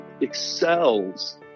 excels